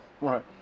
Right